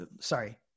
Sorry